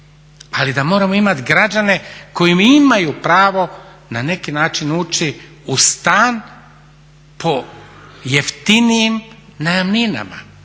Ali da moramo imati građane koji imaju pravo na neki način ući u stan po jeftinijim najamninama,